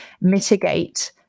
mitigate